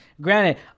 Granted